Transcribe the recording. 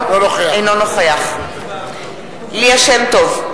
אינו נוכח ליה שמטוב,